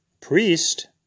priest